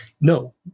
No